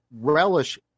relish